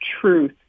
truth